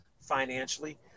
financially